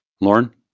Lauren